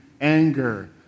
anger